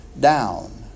down